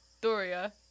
Doria